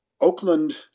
Oakland